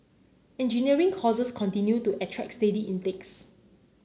engineering courses continue to attract steady intakes